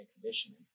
conditioning